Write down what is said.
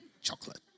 chocolate